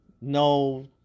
No